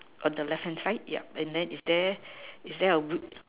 on the left hand side ya and then is there a